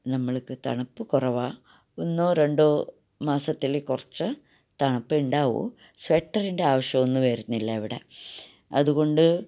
നമ്മൾക്ക് തണുപ്പ് കുറവാണ് ഒന്നോ രണ്ടോ മാസത്തില് കുറച്ച് തണുപ്പുണ്ടാകും സ്വെറ്ററിൻ്റെ ആവിശ്യമൊന്നും വരുന്നില്ല ഇവിടെ അതുകൊണ്ട്